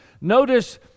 notice